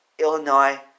illinois